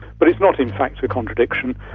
but it's not in fact a contradiction,